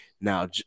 Now